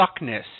suckness